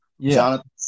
Jonathan